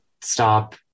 stop